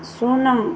ଶୂନ